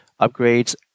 upgrades